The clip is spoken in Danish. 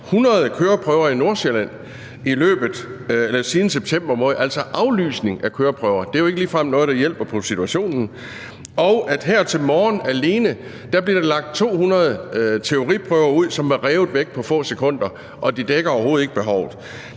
100 køreprøver i Nordsjælland siden september måned – altså aflysninger af køreprøver, og det er jo ikke ligefrem noget, der hjælper på situationen – og at der alene her til morgen blev lagt 200 teoriprøver ud, som var revet væk på få sekunder, og de dækker overhovedet ikke behovet.